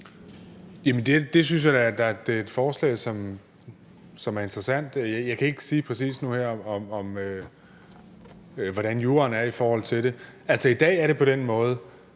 det synes jeg da er et forslag, som er interessant. Jeg kan ikke sige præcis nu her, hvordan juraen er i forhold til det. Altså, i dag er det på den måde,